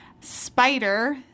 Spider